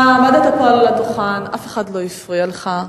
אתה עמדת פה על הדוכן, אף אחד לא הפריע לך.